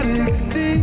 See